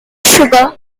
sugar